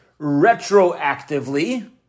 retroactively